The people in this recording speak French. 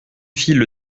fille